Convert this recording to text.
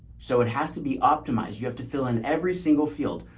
so it has to be optimized. you have to fill in every single field.